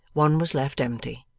one was left empty.